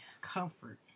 Comfort